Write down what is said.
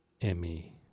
Emmy